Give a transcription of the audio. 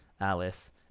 Alice